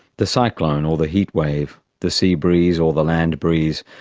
the cyclone or the heatwave, the sea breeze or the land breeze,